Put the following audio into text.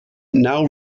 now